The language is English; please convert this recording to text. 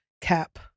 cap